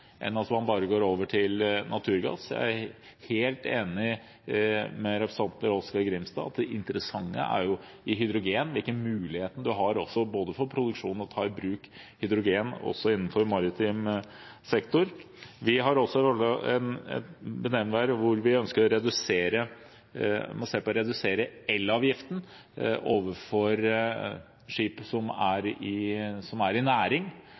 enn bare å gå over til naturgass. Jeg er helt enig med representanten Oskar J. Grimstad i at det interessante er hydrogen, hvilke muligheter en har også for produksjon, og for å ta i bruk hydrogen også innenfor maritim sektor. Vi har også et punkt her hvor vi ønsker å se på å redusere elavgiften overfor skip som er i næring. Jeg er glad for at i